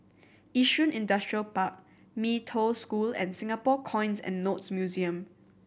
Yishun Industrial Park Mee Toh School and Singapore Coins and Notes Museum